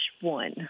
one